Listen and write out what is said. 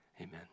amen